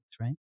right